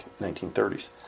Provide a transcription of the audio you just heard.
1930s